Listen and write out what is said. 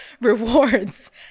rewards